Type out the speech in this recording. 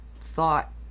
thought